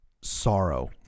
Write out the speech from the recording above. sorrow